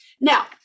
now